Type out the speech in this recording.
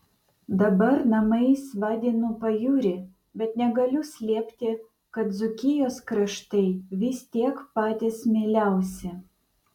dabar namais vadinu pajūrį bet negaliu slėpti kad dzūkijos kraštai vis tiek patys mieliausi